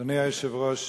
אדוני היושב-ראש,